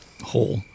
whole